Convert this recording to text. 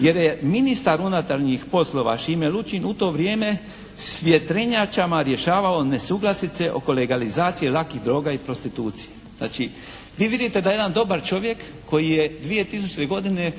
jer je ministar unutarnjih poslova Šime Lučin u to vrijeme s vjetrenjačama rješavao nesuglasice oko legalizacije lakih droga i prostitucije. Znači vi vidite da jedan dobar čovjek koji je 2000. godine